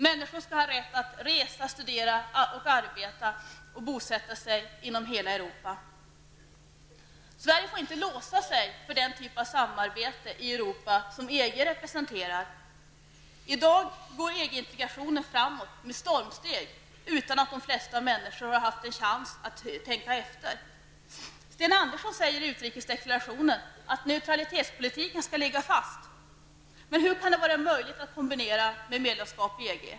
Människor skall ha rätt att resa, studera, arbeta och bosätta sig inom hela Europa. Sverige får inte låsa sig för den typ av samarbete i Europa som EG representerar. I dag går EG integrationen framåt med stormsteg utan att de flesta människor har haft en chans att tänka efter. Sten Andersson säger i utrikesdeklarationen att neutralitetspolitiken skall ligga fast. Men hur kan det vara möjligt att kombinera med medlemskap i EG?